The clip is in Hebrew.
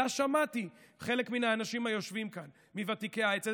אלא שמעתי מחלק מן האנשים היושבים כאן מוותיקי האצ"ל.